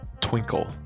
twinkle